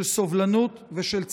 של סובלנות ושל צדק".